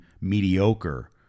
mediocre